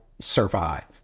survive